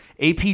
ap